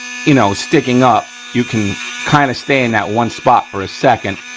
you know, sticking up, you can kind of stay in that one spot for a second,